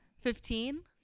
Fifteen